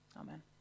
Amen